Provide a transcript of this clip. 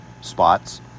spots